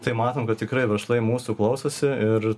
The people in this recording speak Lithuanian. tai matom kad tikrai verslai mūsų klausosi ir